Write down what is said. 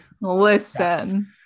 Listen